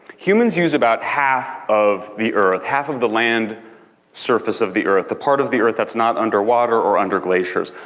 humans use about half of the earth half of the land surface of the earth the part of the earth that's not underwater or under glaciers.